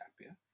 happier